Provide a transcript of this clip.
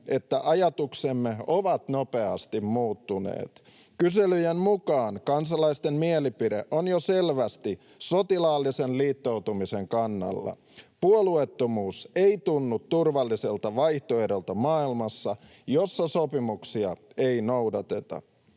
että ajatuksemme ovat nopeasti muuttuneet. Kyselyjen mukaan kansalaisten mielipide on jo selvästi sotilaallisen liittoutumisen kannalla. Puolueettomuus ei tunnu turvalliselta vaihtoehdolta maailmassa, jossa sopimuksia ei noudateta.